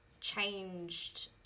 changed